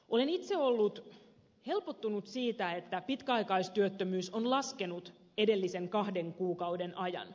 olen itse ollut helpottunut siitä että pitkäaikaistyöttömyys on laskenut edellisen kahden kuukauden ajan